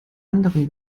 anderen